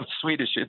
Swedish